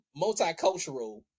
multicultural